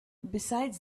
besides